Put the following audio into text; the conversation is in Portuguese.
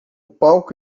palco